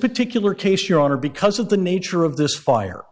particular case your honor because of the nature of this fire